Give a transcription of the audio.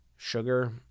Sugar